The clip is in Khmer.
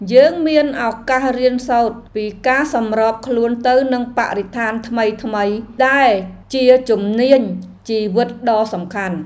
យើងមានឱកាសរៀនសូត្រពីការសម្របខ្លួនទៅនឹងបរិស្ថានថ្មីៗ ដែលជាជំនាញជីវិតដ៏សំខាន់។